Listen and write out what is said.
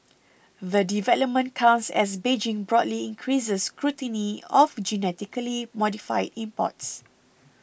the development comes as Beijing broadly increases scrutiny of genetically modified imports